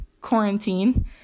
quarantine